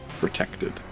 protected